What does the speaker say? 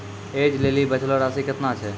ऐज लेली बचलो राशि केतना छै?